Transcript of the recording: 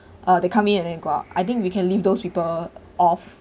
uh they come in and then go out I think we can leave those people off